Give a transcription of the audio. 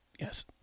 Yes